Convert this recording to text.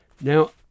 Now